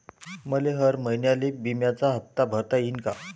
मले हर महिन्याले बिम्याचा हप्ता भरता येईन का?